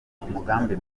umugambi